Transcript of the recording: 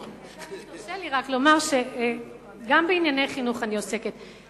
תרשה לי רק לומר שגם בענייני חינוך אני עוסקת,